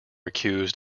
accused